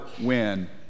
win